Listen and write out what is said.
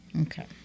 okay